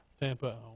Tampa